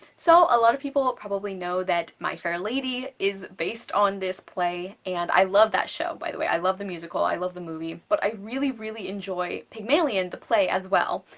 so a lot of people probably know that my fair lady is based on this play and i love that show, by the way, i love the musical, i love the movie. but i really, really enjoy pygmalion the play as well,